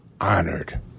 honored